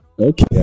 Okay